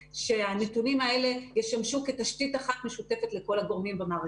שהנתונים האלה ישמשו כתשתית אחת משותפת לכל הגורמים במערכת.